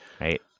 right